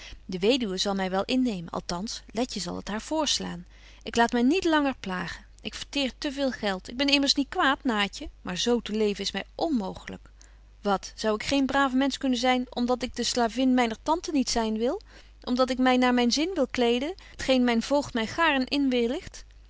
de weduwe zal my wel innemen althans letje zal het haar voorslaan ik laat my niet langer plagen ik verteer te veel geld ik ben immers niet kwaad naatje maar zo te leven is my onmooglyk wat zou ik geen braaf mensch kunnen zyn om dat ik de slavin myner tante niet zyn wil om dat ik my naar myn zin wil kleeden t geen myn voogd my gaarn